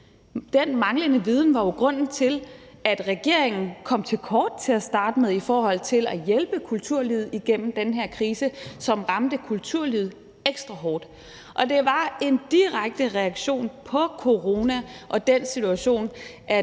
Den manglende viden var jo grunden til, at regeringen kom til kort til at starte med i forhold til at hjælpe kulturlivet igennem den her krise, som ramte kulturlivet ekstra hårdt. Og det var en direkte reaktion på corona og den situation,